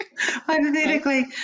Hypothetically